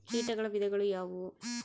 ಕೇಟಗಳ ವಿಧಗಳು ಯಾವುವು?